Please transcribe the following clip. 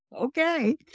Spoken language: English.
Okay